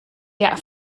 der